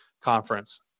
conference